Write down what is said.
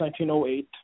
1908